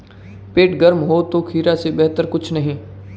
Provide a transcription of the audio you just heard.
पेट गर्म हो तो खीरा से बेहतर कुछ नहीं